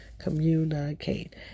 communicate